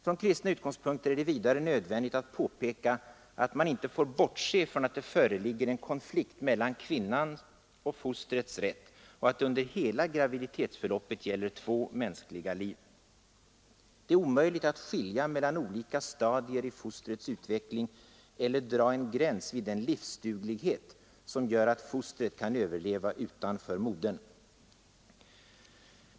Från kristna utgångspunkter är det vidare nödvändigt att påpeka att man icke får bortse från att det föreligger en konflikt mellan kvinnans och fostrets rätt och att det under hela graviditetsförloppet gäller två mänskliga liv. Det är omöjligt att skilja mellan olika stadier i fostrets utveckling eller dra en gräns vid den ”livsduglighet” som gör att fostret kan överleva utanför modern.